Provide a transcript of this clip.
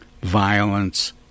violence